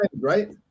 right